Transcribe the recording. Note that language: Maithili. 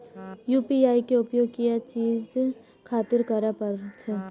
यू.पी.आई के उपयोग किया चीज खातिर करें परे छे?